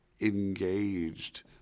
engaged